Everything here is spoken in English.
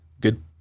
good